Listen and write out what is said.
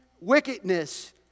wickedness